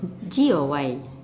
G or Y